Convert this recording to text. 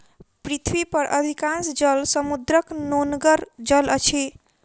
पृथ्वी पर अधिकांश जल समुद्रक नोनगर जल अछि